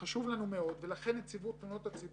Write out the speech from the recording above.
עכשיו נתנו מיקוד על אוכלוסיות מגוונות,